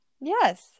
Yes